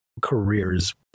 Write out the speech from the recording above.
Careers